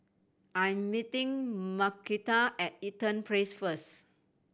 I am meeting Markita at Eaton Place first